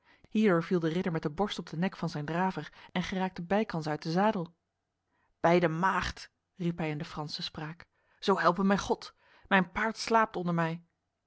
hierdoor viel de ridder met de borst op de nek van zijn draver en geraakte bijkans uit de zadel bij de maagd riep hij in de franse spraak zo helpe mij god mijn paard slaapt onder mij